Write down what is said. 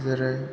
जेरै